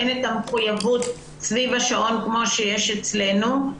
אין את המחויבות סביב השעון כמו שיש אצלנו.